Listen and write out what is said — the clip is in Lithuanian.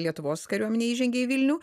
lietuvos kariuomenė įžengė į vilnių